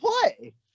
play